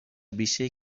بیشهای